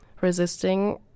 resisting